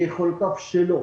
ביכולותיו שלו,